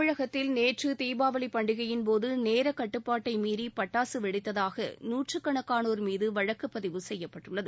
தமிழகத்தில் நேற்று தீபாவளி பண்டிகையின் போது நேர கட்டுப்பாட்டை மீறி பட்டாசு வெடித்ததாக நூற்றுக்கணக்கானோர் மீது வழக்கு பதிவு செய்யப்பட்டுள்ளது